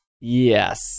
Yes